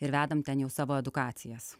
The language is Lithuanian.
ir vedam ten jau savo edukacijas